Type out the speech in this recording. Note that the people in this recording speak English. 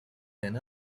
than